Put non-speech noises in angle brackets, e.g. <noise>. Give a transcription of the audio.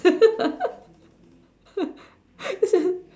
<laughs>